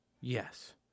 Yes